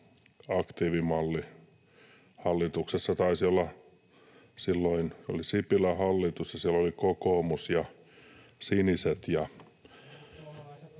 aktiivimalli, hallitus taisi olla Sipilän hallitus, ja siellä olivat kokoomus ja siniset.